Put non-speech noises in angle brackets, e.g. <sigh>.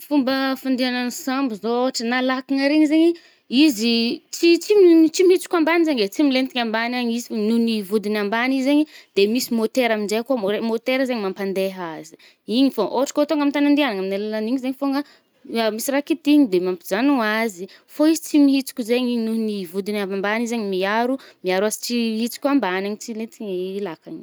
Fomba fandihagnan’ny sambo zao ôhatra na lakagna regny zaigny i, izy tsy-tsy <hesitation> tsy mihitsoka ambany zagny eh, tsy milentiky ambany agny izy, nony i vodiny ambany i zaigny. De misy môtera aminje kô, mô-le môtera zaigny mampandeha azy. Igny fô, ôhatro kô tônga amy tagny andianagny, amin’ny alalan’igny zaigny fôgna, mi- <hesitation> misy raha kitîgny de mampijanogny azy. Fô izy tsy mihitsoko zaigny nony i vodiny avy ambany i zaigny miaro, miaro azy tsy ihitsoko ambany tsy ilentiky i lakagny igny.